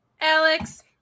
Alex